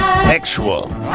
Sexual